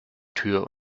tür